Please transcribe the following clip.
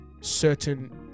Certain